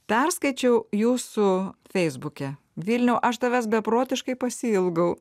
perskaičiau jūsų feisbuke vilniau aš tavęs beprotiškai pasiilgau